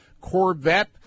Corvette